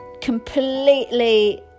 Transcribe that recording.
completely